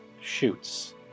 shoots